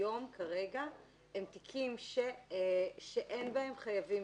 כיום כרגע הם תיקים שאין בהם חייבים